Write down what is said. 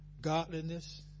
godliness